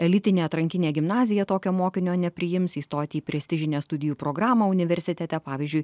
elitinė atrankinė gimnazija tokio mokinio nepriims įstoti į prestižinę studijų programą universitete pavyzdžiui